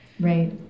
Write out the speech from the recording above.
Right